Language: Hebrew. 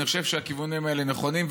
אני חושב שהכיוונים האלה נכונים,